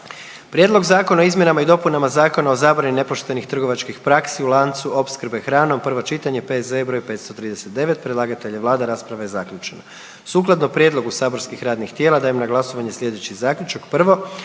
Prijedlog Zakona o izmjenama i dopunama Zakona o materijalnim, o materijalima i predmetima koji dolaze u neposredan dodir s hranom, prvo čitanje, P.Z.E. 538. Predlagatelj je Vlada, rasprava zaključena. Sukladno prijedlogu saborskih radnih tijela dajem na glasovanje slijedeći Zaključak.